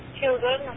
children